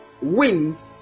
wind